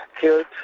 killed